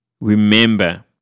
Remember